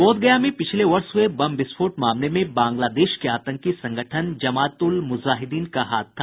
बोधगया में पिछले वर्ष हुये बम विस्फोट मामले में बांग्लादेश के आतंकी संगठन जमात उल मुजाहिदीन का हाथ था